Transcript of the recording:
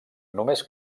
només